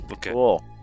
Cool